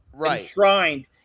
enshrined